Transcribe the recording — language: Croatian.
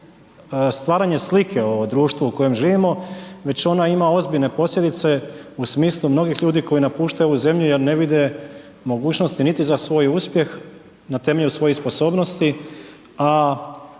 stvaranje slike o društvu u kojem živimo, već ona ima ozbiljne posljedice u smislu mnogih ljudi koji napuštaju ovu zemlju jer ne vide mogućnosti niti za soj uspjeh na temelju svojih sposobnosti a